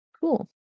Cool